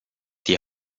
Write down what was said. die